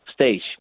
stage